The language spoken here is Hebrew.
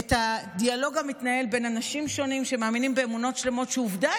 את הדיאלוג המתנהל בין אנשים שונים שמאמינים באמונות שלמות שעובדה,